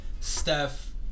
Steph